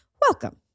Welcome